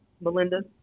Melinda